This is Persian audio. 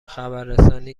خبررسانی